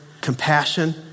compassion